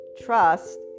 trust